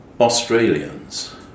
Australians